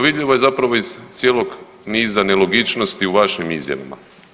Vidljivo je zapravo iz cijelog niza nelogičnosti u vašim izjavama.